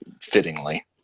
fittingly